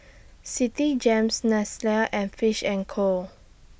Citigems Nestle and Fish and Co